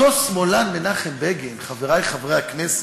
אותו שמאלן, מנחם בגין, חברי חברי הכנסת,